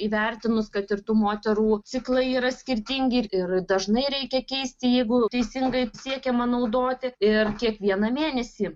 įvertinus kad ir tų moterų ciklai yra skirtingi ir ir dažnai reikia keisti jeigu teisingai siekiama naudoti ir kiekvieną mėnesį